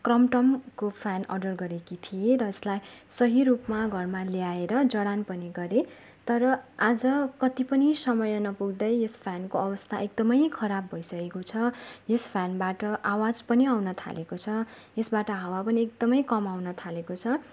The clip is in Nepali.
क्रम्टमको फ्यान अर्डर गरेकी थिएँ र यसलाई सही रूपमा घरमा ल्याएर जडान पनि गरेँ तर आज कति पनि समय नपुग्दै यस फ्यानको आवस्था एकदमै खराब भइसकेको छ यस फ्यानबाट आवाज पनि आउन थालेको छ यसबाट हावा पनि एकदमै कम आउन थालेको छ